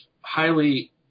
highly